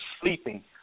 sleeping